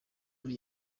muri